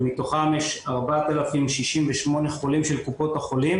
שמתוכם יש 4,068 חולים של קופות החולים